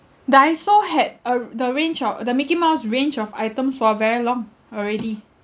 Daiso had a the range of the mickey mouse range of items for a very long already